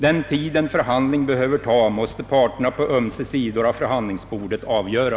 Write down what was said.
Den tid en förhandling behöver ta måste parterna på ömse sidor av förhandlingsbordet avgöra.